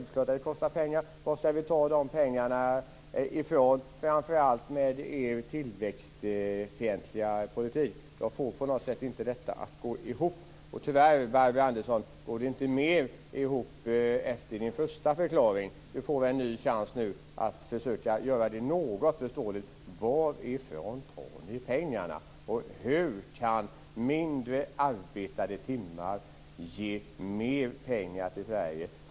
Varifrån skall vi ta dessa pengar, framför allt med Miljöpartiets tillväxtfientliga politik? Jag får på något sätt inte detta att gå ihop. Och tyvärr går det inte mer ihop efter Barbro Johanssons första förklaring. Hon får en ny chans nu att försöka göra det något förståeligt: Varifrån tar ni pengarna? Hur kan mindre arbetade timmar ge mer pengar till Sverige?